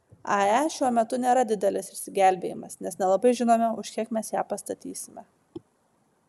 ae šiuo metu nėra didelis išsigelbėjimas nes nelabai žinome už kiek mes ją pastatysime